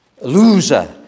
Loser